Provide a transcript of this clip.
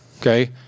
okay